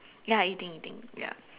ya eating eating ya